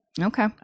Okay